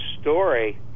story